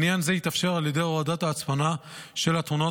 עניין זה יתאפשר על ידי הורדת ההצפנה של התמונות